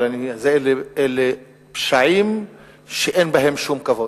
אבל אלה פשעים שאין בהם שום כבוד,